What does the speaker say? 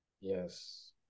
Yes